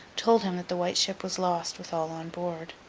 told him that the white ship was lost with all on board.